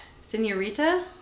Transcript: Senorita